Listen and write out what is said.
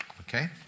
okay